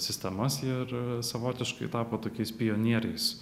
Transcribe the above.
sistemas ir savotiškai tapo tokiais pionieriais